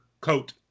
coat